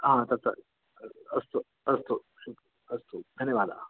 हा तत्र अस्तु अस्तु अस्तु धन्यवादाः